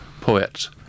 poets